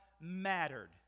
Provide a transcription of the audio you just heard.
mattered